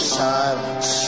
silence